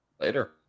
later